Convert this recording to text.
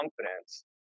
confidence